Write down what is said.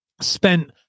spent